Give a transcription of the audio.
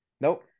nope